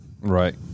right